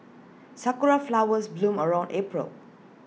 Sakura Flowers bloom around April